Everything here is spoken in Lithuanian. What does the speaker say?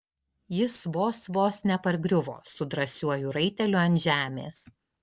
jis vos vos nepargriuvo su drąsiuoju raiteliu ant žemės